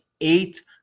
eight